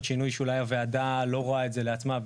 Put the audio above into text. שינוי שאולי הוועדה לא רואה את זה לעצמה.